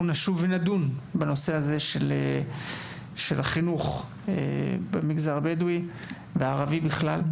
נשוב ונדון בנושא החינוך במגזר הבדואי בפרט ובמגזר הערבי בכלל.